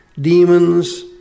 demons